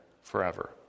forever